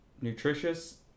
nutritious